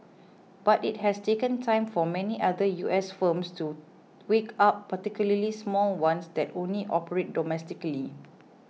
but it has taken time for many other U S firms to wake up particularly small ones that only operate domestically